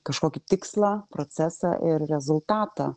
kažkokį tikslą procesą ir rezultatą